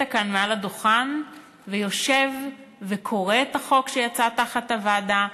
כאן מעל הדוכן ויושב וקורא את החוק שיצא מהוועדה.